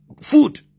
food